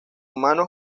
humanos